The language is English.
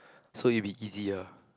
so you be easy lah